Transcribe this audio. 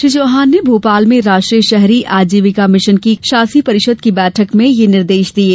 श्री चौहान ने भोपाल में राष्ट्रीय शहरी आजीविका मिशन की शासी परिषद की बैठक में ये निर्देश दिये